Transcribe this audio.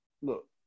look